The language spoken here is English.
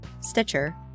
Stitcher